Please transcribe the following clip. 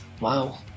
Wow